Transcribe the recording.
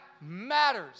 matters